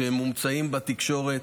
שמומצאים בתקשורת.